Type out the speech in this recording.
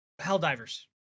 Helldivers